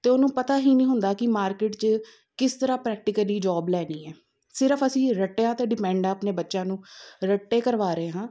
ਅਤੇ ਉਹਨੂੰ ਪਤਾ ਹੀ ਨਹੀਂ ਹੁੰਦਾ ਕਿ ਮਾਰਕੀਟ 'ਚ ਕਿਸ ਤਰ੍ਹਾਂ ਪ੍ਰੈਕਟੀਕਲੀ ਜੋਬ ਲੈਣੀ ਹੈ ਸਿਰਫ ਅਸੀਂ ਰੱਟਿਆ 'ਤੇ ਡਿਪੈਂਡ ਹਾਂ ਆਪਣੇ ਬੱਚਿਆਂ ਨੂੰ ਰੱਟੇ ਕਰਵਾ ਰਹੇ ਹਾਂ